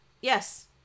yes